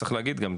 צריך להגיד גם,